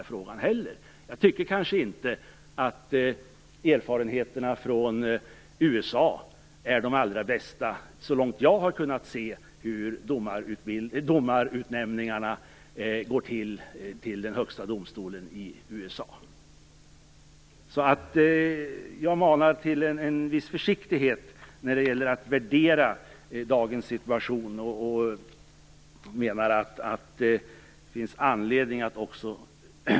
Så långt jag har kunnat se tycker jag kanske inte att erfarenheterna från USA är de allra bästa när det gäller hur domarutnämningarna till Högsta domstolen där går till. Jag manar till en viss försiktighet i värderingen av dagens situation.